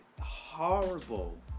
horrible